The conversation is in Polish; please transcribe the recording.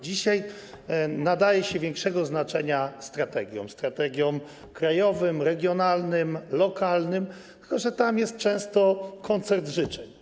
Dzisiaj nadaje się większe znaczenie strategiom, strategiom krajowym, regionalnym, lokalnym, tylko że tam jest często koncert życzeń.